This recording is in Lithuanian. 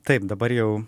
taip dabar jau